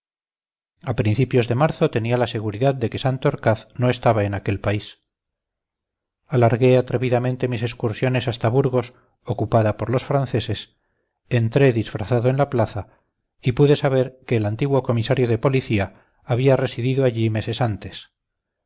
a principios de marzo tenía la seguridad de que santorcaz no estaba en aquel país alargué atrevidamente mis excursiones hasta burgos ocupada por los franceses entré disfrazado en la plaza y pude saber que el antiguo comisario de policía había residido allí meses antes